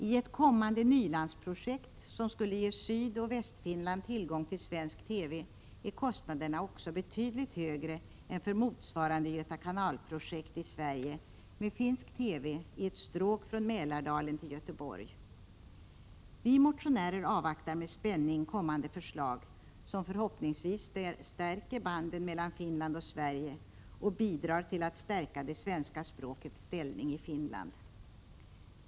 I ett kommande Nylandsprojekt som skulle ge Sydoch Västfinland tillgång till svensk TV är kostnaderna också betydligt högre än för motsvarande ”Götakanal-projekt” i Sverige med finsk TV i ett stråk från Mälardalen till Göteborg. Vi motionärer avvaktar med spänning kommande förslag, som förhoppningsvis stärker banden mellan Finland och Sverige och bidrar till att stärka det svenska språkets ställning i Finland.